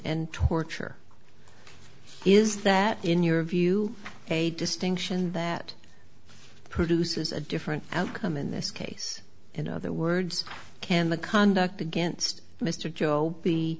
and torture is that in your view a distinction that produces a different outcome in this case in other words can the conduct against mr joe